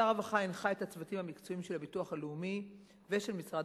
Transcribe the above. שר הרווחה הנחה את הצוותים המקצועיים של הביטוח הלאומי ושל משרד